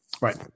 right